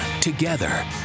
Together